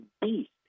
beast